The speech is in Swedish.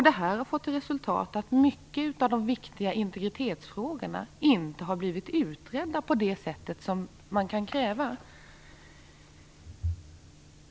Det har fått till resultat att många av de viktiga integritetsfrågorna inte har blivit utredda på det sätt som man kan kräva.